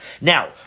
Now